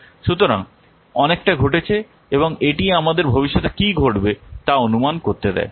সুতরাং অনেকটা ঘটেছে এবং এটি আমাদের ভবিষ্যতে কী ঘটবে তা অনুমান করতে দেয়